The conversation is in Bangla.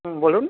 বলুন